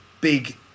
big